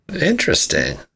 Interesting